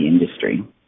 industry